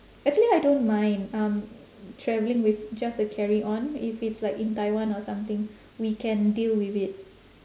actually I don't mind um traveling with just a carry-on if it's like in taiwan or something we can deal with it